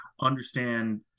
understand